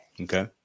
Okay